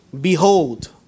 Behold